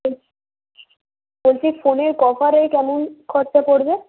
বল বলছি ফোনের কভারের কেমন খরচা পড়বে